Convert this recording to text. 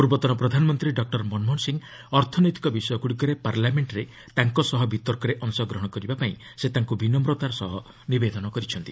ପର୍ବତନ ପ୍ରଧାନମନ୍ତ୍ରୀ ଡକ୍କର ମନମୋହନ ସିଂହ ଅର୍ଥନୈତିକ ବିଷୟଗ୍ରଡ଼ିକରେ ପାର୍ଲାମେଣ୍ଟରେ ତାଙ୍କ ସହ ବିତର୍କରେ ଅଂଶଗ୍ରହଣ କରିବାକ୍ ସେ ତାଙ୍କ ବିନମ୍ରତାର ସହ ନିବେଦନ କରିଛନ୍ତି